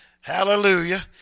hallelujah